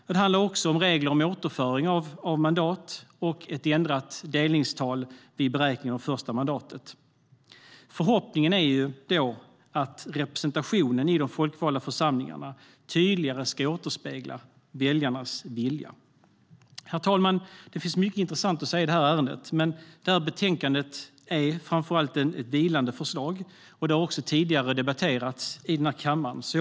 Men det handlar också om regler för återföring av mandat och ett ändrat delningstal vid beräkning av det första mandatet. Förhoppningen är att representationen i de folkvalda församlingarna ska återspegla väljarnas vilja på ett tydligare sätt. Herr talman! Det finns mycket intressant att säga i ärendet, men betänkandet är framför allt ett vilande förslag. Det har också debatterats i kammaren tidigare.